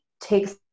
takes